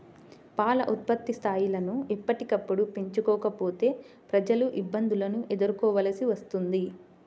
పాల ఉత్పత్తి స్థాయిలను ఎప్పటికప్పుడు పెంచుకోకపోతే ప్రజలు ఇబ్బందులను ఎదుర్కోవలసి వస్తుంది